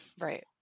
Right